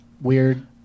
weird